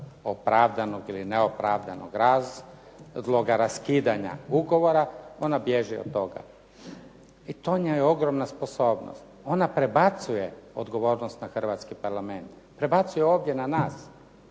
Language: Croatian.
opravdanog ili neopravdanog razloga raskidanja ugovora, ona bježi od toga. I to je njoj ogromna sposobnost. Ona prebacuje odgovornost na hrvatski parlament. Prebacuje ovdje na nas.